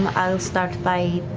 i'll start by,